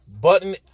Button